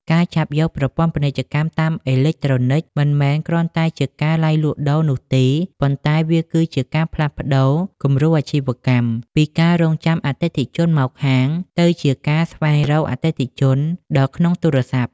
ការចាប់យក ប្រព័ន្ធពាណិជ្ជកម្មតាមអេឡិចត្រូនិក មិនមែនគ្រាន់តែជាការឡាយលក់ដូរនោះទេ ប៉ុន្តែវាគឺជាការផ្លាស់ប្តូរ គំរូអាជីវកម្ម ពីការរង់ចាំអតិថិជនមកហាង ទៅជាការស្វែងរកអតិថិជនដល់ក្នុងទូរស័ព្ទ។